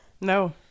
No